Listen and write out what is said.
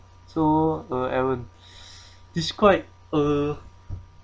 so uh evan describe uh